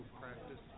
practice